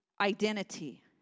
identity